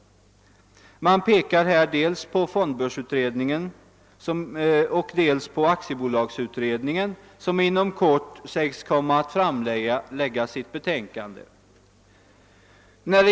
Man pekar härvid dels på fondbörsutredningen, dels på aktiebolagsutredningen, som inom kort sägs komma att framlägga sitt betänkande.